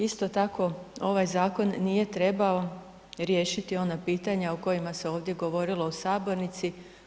Isto tako, ovaj zakon nije trebao riješiti ona pitanja u kojima se ovdje govorilo u sabornici.